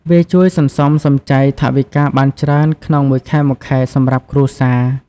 វាជួយសន្សំសំចៃថវិកាបានច្រើនក្នុងមួយខែៗសម្រាប់គ្រួសារ។